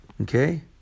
Okay